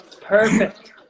perfect